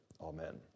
Amen